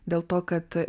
dėl to kad